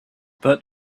but